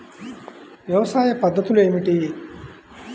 వ్యవసాయ పద్ధతులు ఏమిటి?